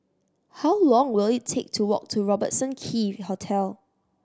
how long will it take to walk to Robertson Quay Hotel